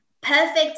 perfect